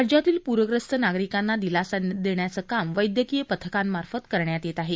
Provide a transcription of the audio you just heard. राज्यातल्या प्रग्रस्त नागरिकांना दिलासा देण्याचं काम वैद्यकीय पथकांमार्फत करण्यात येत आहे